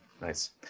Nice